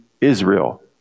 Israel